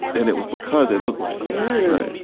and it was because they look like yeah